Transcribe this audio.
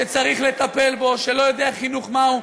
שצריך לטפל בו, שלא יודע חינוך מהו,